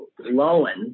Lowen